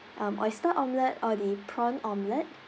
um oyster omelette or the prawn omelette